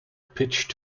pitched